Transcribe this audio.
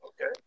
Okay